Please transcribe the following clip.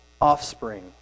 offspring